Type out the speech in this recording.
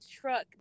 truck